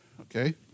okay